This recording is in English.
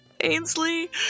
Ainsley